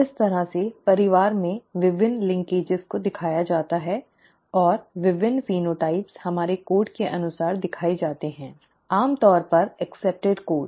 इस तरह से परिवार में विभिन्न लिंकेज को दिखाया जाता है और विभिन्न फेनोटाइप हमारे कोड के अनुसार दिखाए जाते हैं आमतौर पर स्वीकृत कोड